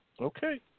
Okay